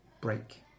break